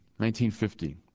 1950